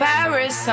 Paris